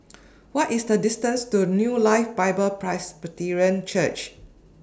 What IS The distance to New Life Bible Presbyterian Church